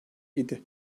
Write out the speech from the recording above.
idi